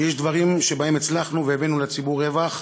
כי יש דברים שבהם הצלחנו והבאנו לציבור רווח,